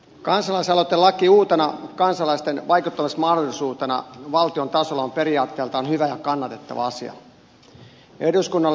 kansalaisaloitelaki uutena kansalaisten vaikuttamismahdollisuutena valtion tasolla on periaatteeltaan hyvä ja kannatettava asia